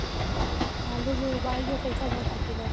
कन्हू भी मोबाइल के पैसा भरा सकीला?